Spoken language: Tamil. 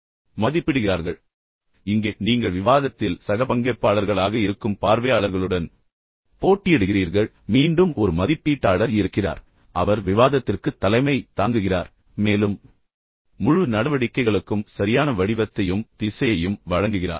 அதேசமயம் இங்கே நீங்கள் விவாதத்தில் உண்மையில் சக பங்கேற்பாளர்களாக இருக்கும் பார்வையாளர்களுடன் போட்டியிடுகிறீர்கள் மீண்டும் ஒரு மதிப்பீட்டாளர் இருக்கிறார் அவர் விவாதத்திற்குத் தலைமை தாங்குகிறார் மேலும் முழு நடவடிக்கைகளுக்கும் சரியான வடிவத்தையும் திசையையும் வழங்குகிறார்